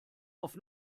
auf